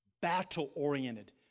battle-oriented